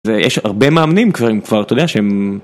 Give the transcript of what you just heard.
ויש הרבה מאמנים כבר, אתה יודע שהם...